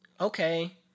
okay